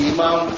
Imam